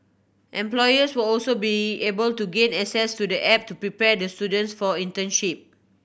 employers will also be able to gain access to the app to prepare the students for internship